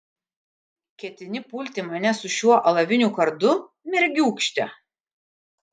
ketini pulti mane su šiuo alaviniu kardu mergiūkšte